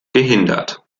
gehindert